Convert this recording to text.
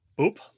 OOP